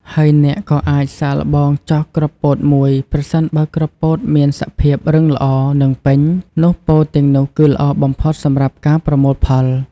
ហើយអ្នកក៏អាចសាកល្បងចោះគ្រាប់ពោតមួយ ប្រសិនបើគ្រាប់ពោតមានសភាព រឹងល្អ និងពេញ នោះពោតទាំងនោះគឺល្អបំផុតសម្រាប់ការប្រមូលផល។